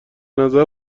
نظر